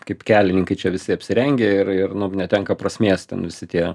kaip kelininkai čia visi apsirengę ir ir nu netenka prasmės ten visi tie